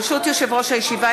ברשות יושב-ראש הישיבה,